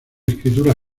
escritura